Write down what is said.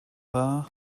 dda